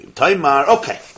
Okay